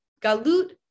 Galut